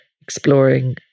exploring